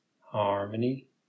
harmony